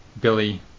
Billy